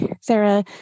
Sarah